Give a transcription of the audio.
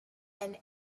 and